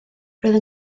roedd